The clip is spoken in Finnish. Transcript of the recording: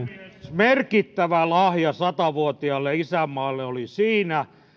merkittävä lahja sata vuotiaalle isänmaalle oli siinä